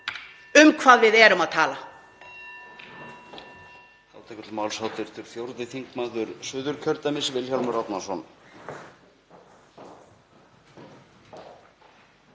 um hvað við erum að tala.